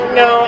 no